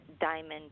diamond